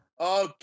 Okay